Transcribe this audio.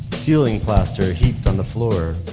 ceiling plaster heaped on the floor.